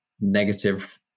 negative